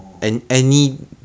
what you talking about